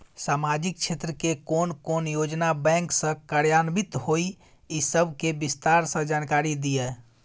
सामाजिक क्षेत्र के कोन कोन योजना बैंक स कार्यान्वित होय इ सब के विस्तार स जानकारी दिय?